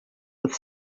with